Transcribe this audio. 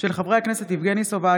של חברי הכנסת יבגני סובה,